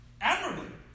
Admirably